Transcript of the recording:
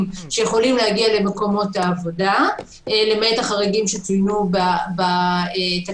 שיכולים להגיע למקומות העבודה למעט החריגים שצוינו בתקנות,